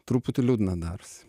truputį liūdna darosi